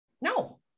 No